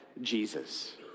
Jesus